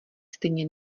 stejně